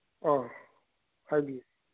ꯑꯥꯎ ꯍꯥꯏꯕꯤꯌꯨ